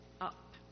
up